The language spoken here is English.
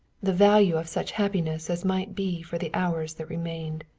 the value of such happiness as might be for the hours that remained.